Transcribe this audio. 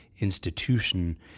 institution